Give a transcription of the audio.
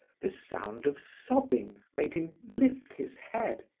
the sound of sobbing made him lift his head.